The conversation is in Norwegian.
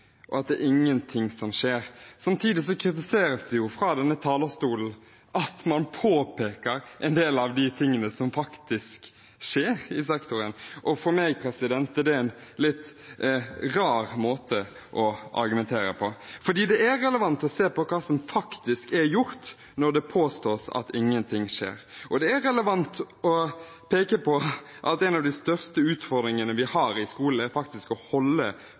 og at det er ingenting som skjer. Samtidig kritiseres det fra denne talerstolen at man påpeker en del av de tingene som faktisk skjer i sektoren. For meg er det en litt rar måte å argumentere på, for det er relevant å se på hva som faktisk er gjort når det påstås at ingenting skjer, og det er relevant å peke på at en av de største utfordringene vi har i skolen, faktisk er å holde